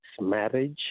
marriage